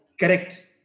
Correct